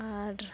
ᱟᱨ